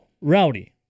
Rowdy